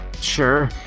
Sure